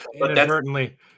inadvertently